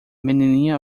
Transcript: menininha